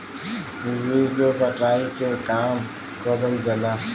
रुई के कटाई के काम करल जाला